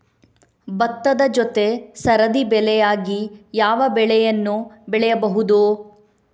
ಭತ್ತದ ಜೊತೆ ಸರದಿ ಬೆಳೆಯಾಗಿ ಯಾವ ಬೆಳೆಯನ್ನು ಬೆಳೆಯಬಹುದು?